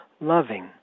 loving